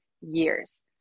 years